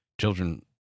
children